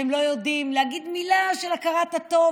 והם לא יודעים להגיד מילה של הכרת הטוב